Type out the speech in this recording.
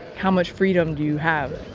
how much freedom do you have?